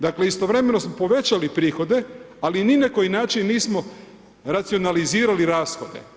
Dakle istovremeno smo povećali prohode ali ni na koji način nismo racionalizirali rashode.